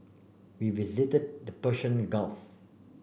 we visited the Persian Gulf